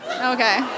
Okay